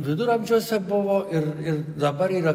viduramžiuose buvo ir ir dabar yra